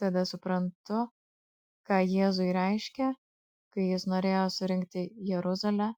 tada suprantu ką jėzui reiškė kai jis norėjo surinkti jeruzalę